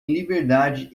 liberdade